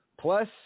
Plus